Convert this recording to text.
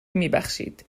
میبخشید